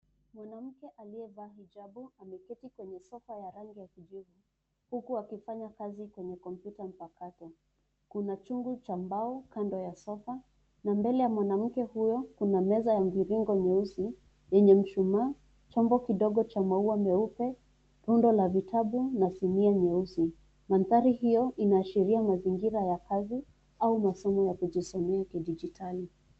Mwanamke aliyevaa hijabu, ameketi kwenye sofa ya rangi ya kijivu, huku akifanya kazi kwenye kompyuta mpakato. Kuna chungu cha mbao kando ya sofa na mbele ya mwanamke huyo, kuna meza ya mviringo nyeusi, yenye mshumaa, chombo kidogo cha maua meupe, rundo la vitabu na sinia nyeusi. Mandhari hayo yanaashiria mazingira ya kazi, au masomo ya kujisomea kidijitali.